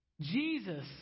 Jesus